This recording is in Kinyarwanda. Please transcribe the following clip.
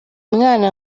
mwana